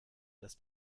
dass